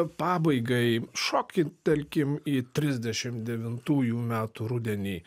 pabaigai šoki telkim į trisdešimt devintųjų metų rudenį